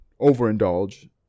overindulge